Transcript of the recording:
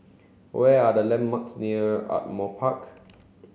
what are the landmarks near Ardmore Park